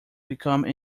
become